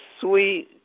sweet